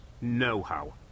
know-how